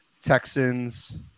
Texans